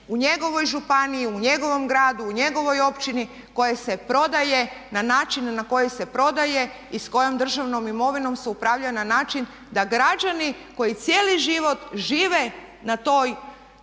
u njegovoj županiji, u njegovom gradu, u njegovoj općini koje se prodaje na način na koji se prodaje i s kojom državnom imovinom se upravlja na način da građani koji cijeli život žive na tom